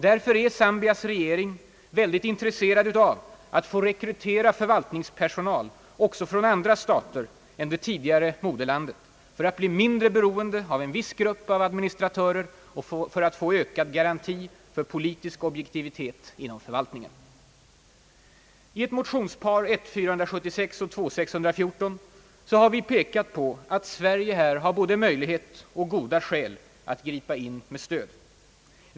Därför är Zambias regering mycket intresserad av att få rekrytera förvaltningspersonal också från andra stater än det tidigare moderlandet för att bli mindre beroende av en viss grupp av administratörer och för att få ökad garanti för politisk objektivitet inom förvaltningen. I ett motionspar, nr 1:476 och II: 614, har vi pekat på att Sverige här har både möjlighet och goda skäl att gripa in med stöd.